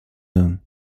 own